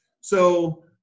So-